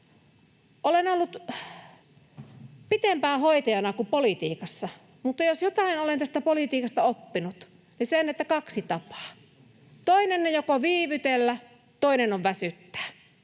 Olen ollut pitempään hoitajana kuin politiikassa, mutta jos jotain olen tästä politiikasta oppinut, niin sen, että on kaksi tapaa: toinen on viivytellä, toinen on väsyttää.